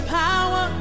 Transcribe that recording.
power